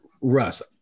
Russ